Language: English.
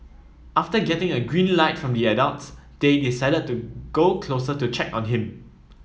after getting a green light from the adults they decided to go closer to check on him